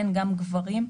גם גברים,